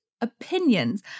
opinions